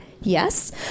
yes